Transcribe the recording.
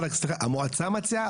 סליחה, המועצה מציעה?